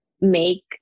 make